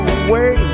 away